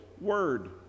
word